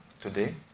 today